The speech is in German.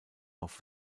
auf